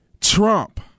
Trump